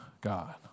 God